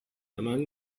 among